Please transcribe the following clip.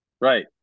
Right